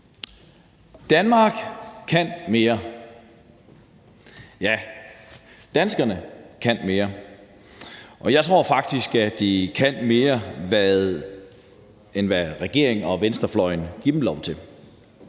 Danmark kan mere. Ja, danskerne kan mere, og jeg tror faktisk, at de kan mere, end hvad regeringen og venstrefløjen giver dem lov til.